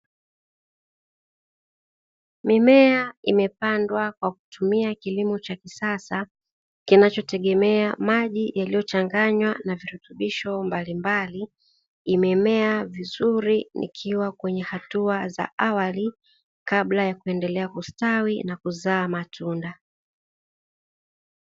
Mimea imepandwa kwa kutumia kilimo cha kisasa, kinachotegemea maji yaliyochanganywa na virutubisho mbalimbali, imemea vizuri ikiwa kwenye hatua za awali, kabla ya kuendelea kustawi na kuzaa matunda.